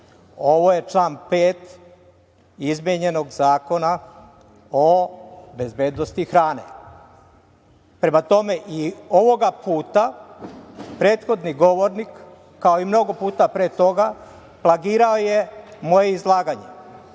Ovo je član 5. izmenjenog Zakona o bezbednosti hrane. Prema tome, i ovoga puta prethodni govornik, kao i mnogo puta pre toga, plagirao je moje izlaganje.